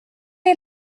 est